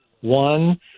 One